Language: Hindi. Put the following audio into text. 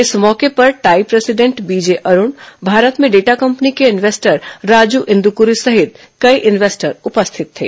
इस मौके पर TiE president B J Arun Bharat में डेटा कंपनी की इन्वेस्टर राजू इंदुकुरी सहित कई इन्वेस्टर उपस्थित थे